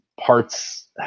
parts